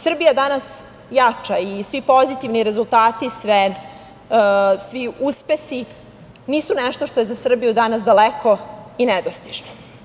Srbija danas jača i svi pozitivni rezultati i svi uspesi nisu nešto što je za Srbiju danas daleko i nedostižno.